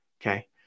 Okay